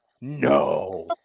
No